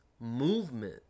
movement